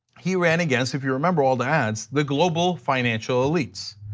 he ran against, if you remember all the ads, the global financial elites.